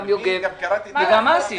גם יוגב וגם אסי,